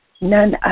none